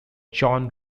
john